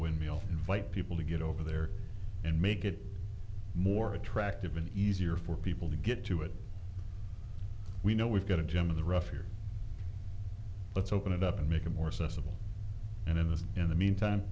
windmill invite people to get over there and make it more attractive and easier for people to get to it we know we've got a gem of the rough here let's open it up and make it more sensible and in this in the meantime